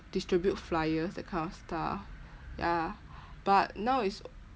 distribute flyers that kind of stuff ya but now it's